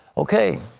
okay.